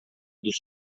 dos